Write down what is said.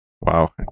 Wow